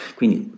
quindi